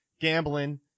gambling